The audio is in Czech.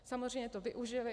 Samozřejmě toho využili.